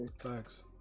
Thanks